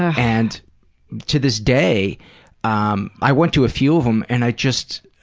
ah and to this day um i went to a few of them and i just,